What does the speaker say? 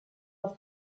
els